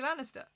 Lannister